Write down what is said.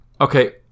Okay